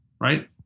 right